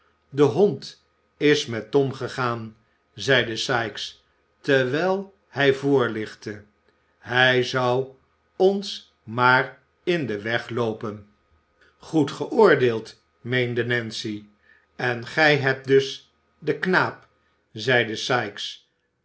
de hond is met tom gegaan zeide sikes terwijl hij voorlichtte hij zou ons maar in den weg loopen goed geoordeeld meende nancy en gij hebt dus den knaap zeide sikes